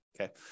Okay